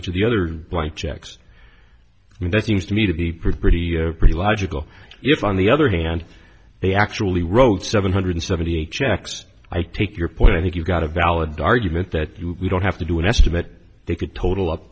each of the other blank checks i mean that seems to me to be pretty pretty pretty logical if on the other hand they actually wrote seven hundred seventy checks i take your point i think you've got a valid argument that we don't have to do an estimate they could total up